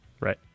Right